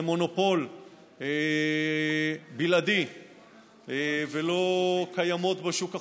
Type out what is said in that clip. מונופול בלעדי ולא קיימות בשוק החופשי.